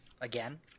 Again